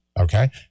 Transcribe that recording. Okay